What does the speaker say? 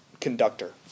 conductor